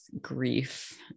grief